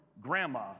grandma